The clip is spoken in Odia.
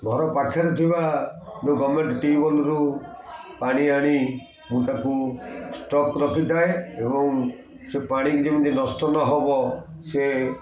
ଘର ପାଖରେ ଯେଉଁଆ ଗଭର୍ଣ୍ଣମେଣ୍ଟ ଟିଉଭେଲରୁ ପାଣି ଆଣି ମୁଁ ତାକୁ ଷ୍ଟକ୍ ରଖିଥାଏ ଏବଂ ସେ ପାଣି ଯେମିତି ନଷ୍ଟ ନହବ ସେ